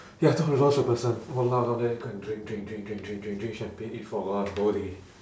ya two hundred dollars per person !walao! down there go and drink drink drink drink drink drink drink champagne eat foie gras whole day